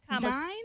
Nine